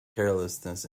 carelessness